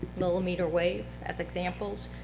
millimeter wave, as examples,